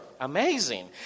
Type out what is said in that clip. amazing